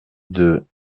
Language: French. deux